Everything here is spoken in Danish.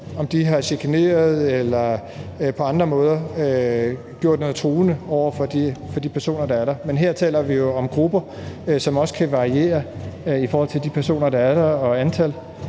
om de har chikaneret eller på andre måder truet de personer, der er der. Men her taler vi jo om grupper, som også kan variere, i forhold til de personer, der er der, og antallet